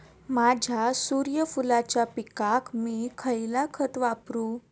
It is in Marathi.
माझ्या सूर्यफुलाच्या पिकाक मी खयला खत वापरू?